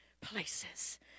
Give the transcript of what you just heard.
places